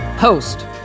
Host